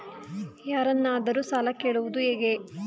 ಯಾರನ್ನಾದರೂ ಸಾಲ ಕೇಳುವುದು ಹೇಗೆ?